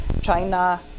China